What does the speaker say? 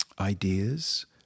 ideas